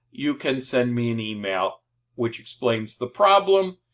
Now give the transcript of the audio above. you can send me an email which explains the problem.